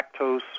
lactose